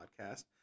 podcast